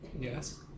Yes